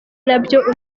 nabyo